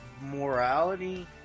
morality